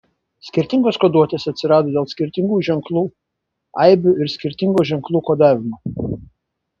skirtingos koduotės atsirado dėl skirtingų ženklų aibių ir skirtingo ženklų kodavimo